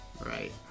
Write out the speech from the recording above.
Right